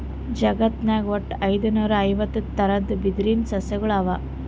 ಜಗತ್ನಾಗ್ ವಟ್ಟ್ ಐದುನೂರಾ ಐವತ್ತ್ ಥರದ್ ಬಿದಿರ್ ಸಸ್ಯಗೊಳ್ ಅವಾ